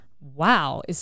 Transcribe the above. wow